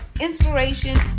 inspiration